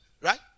right